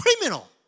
criminal